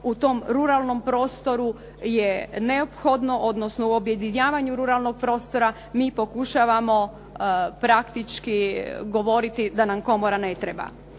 u tom ruralnom prostoru je neophodno, odnosno u objedinjavanju ruralnog prostora mi pokušavamo praktički da nam komora ne treba.